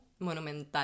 monumental